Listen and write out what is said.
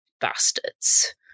bastards